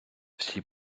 всі